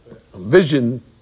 vision